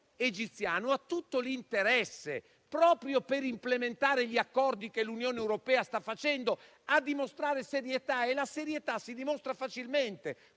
egiziano ha tutto l'interesse, proprio per implementare gli accordi che l'Unione europea sta facendo, a dimostrare serietà e la serietà si dimostra facilmente